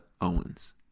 Owens